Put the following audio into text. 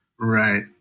Right